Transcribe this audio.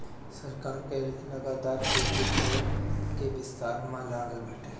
सरकार लगातार खेती बारी के विस्तार में लागल बाटे